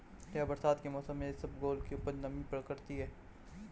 क्या बरसात के मौसम में इसबगोल की उपज नमी पकड़ती है?